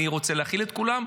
אני רוצה להכיל את כולם,